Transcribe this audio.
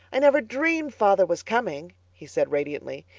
i never dreamed father was coming, he said radiantly.